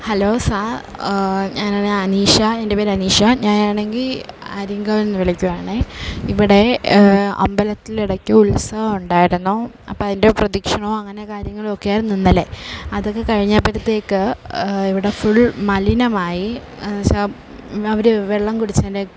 hello sir ഞാൻ അനീഷ എൻ്റെ പേര് അനീഷ ഞാനാണെങ്കിൽ ആര്യൻങ്കാവിൽ നിന്ന് വിളിക്കുകയാണേ ഇവിടെ അമ്പലത്തിൽ ഇടയ്ക്ക് ഉത്സവം ഉണ്ടായിരുന്നു അപ്പം അതിൻ്റെ പ്രദക്ഷിണവും അങ്ങനെ കാര്യങ്ങളും ഒക്കെയായിരുന്നു ഇന്നലെ അതൊക്കെ കഴിഞ്ഞപ്പോഴത്തേക്ക് ഇവിടെ ഫുൾ മലിനമായി അവർ വെള്ളം കുടിച്ചതിൻ്റെ